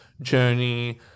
journey